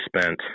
spent